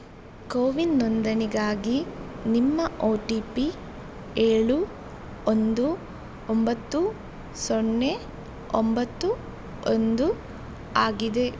ಕೋವಿನ್ ನೋಂದಣಿಗಾಗಿ ನಿಮ್ಮ O T P ಏಳು ಒಂದು ಒಂಬತ್ತು ಸೊನ್ನೆ ಒಂಬತ್ತು ಒಂದು ಆಗಿದೆ